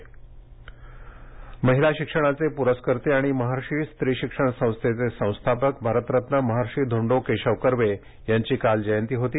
महर्षी कर्वे जयंती महिला शिक्षणाचे प्रस्कर्ते आणि महर्षी स्त्री शिक्षण संस्थेचे संस्थापक भारतरत्न महर्षी धोंडो केशव कर्वे यांची काल जयंती होती